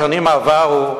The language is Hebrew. בשנים עברו,